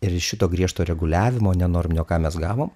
ir šito griežto reguliavimo nenorminio ką mes gavom